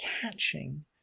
catching